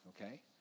okay